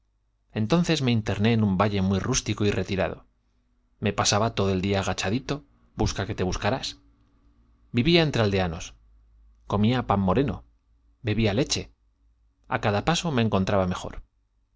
entonces me interné en un valle muy rústico y retirado me pasaba todo el día agachaclito busca que te buscarás vivía entre aldeanos comía encontraba bebía leche a cada paso me pan moreno